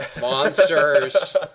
Monsters